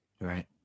Right